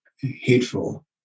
hateful